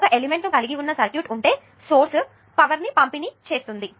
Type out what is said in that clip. ఒకే element ని కలిగి ఉన్న సర్క్యూట్ ఉంటే సోర్స్ పవర్ ని పంపిణీ చేస్తుంది